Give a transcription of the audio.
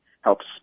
helps